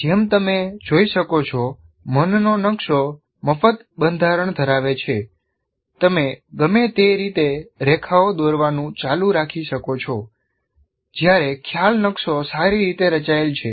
જેમ તમે જોઈ શકો છો મનનો નકશો મફત બંધારણ ધરાવે છે તમે ગમે તે રીતે રેખાઓ દોરવાનું ચાલુ રાખી શકો છો જ્યારે ખ્યાલ નકશો સારી રીતે રચાયેલ છે